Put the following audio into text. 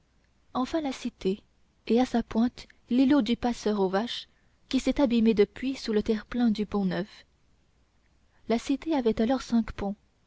enfin la cité et à sa pointe l'îlot du passeur aux vaches qui s'est abîmé depuis sous le terre-plein du pont-neuf la cité alors avait cinq ponts